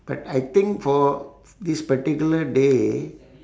but I think for this particular day